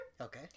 Okay